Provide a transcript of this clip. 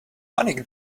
money